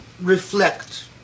reflect